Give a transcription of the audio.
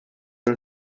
and